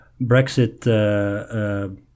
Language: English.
Brexit